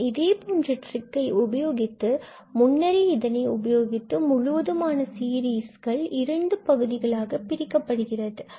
நாம் இதேபோன்ற ட்டிரிக்கை உபயோகித்து முன்னரே இதனை உபயோகித்து இந்த முழுவதுமான சீரிஸ் இரண்டு பகுதிகளாக பிரிக்கப்படுகிறது